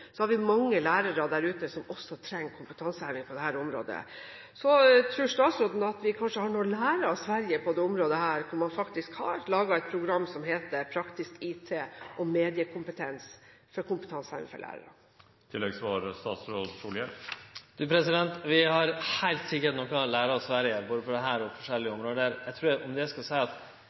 har vi mange lærere der ute som trenger kompetanseheving på dette området. Tror statsråden vi kanskje har noe å lære av Sverige på dette området, hvor man faktisk har laget et program som heter «praktisk IT- och mediekompetens» for å heve kompetansen til lærerne? Vi har heilt sikkert noko å lære av Sverige på både dette og forskjellige